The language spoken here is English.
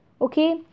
Okay